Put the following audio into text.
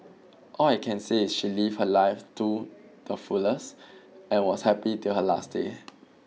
all I can say is she lived her life too the fullest and was happy till her last day